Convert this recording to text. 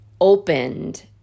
opened